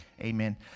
Amen